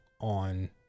on